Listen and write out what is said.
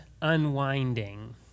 unwinding